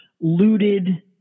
looted